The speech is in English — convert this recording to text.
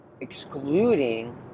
excluding